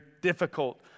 difficult